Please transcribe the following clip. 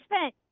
spent